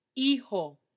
hijo